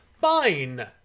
fine